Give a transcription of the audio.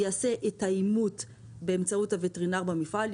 הם יעשו את האימות באמצעות הווטרינר במפעל,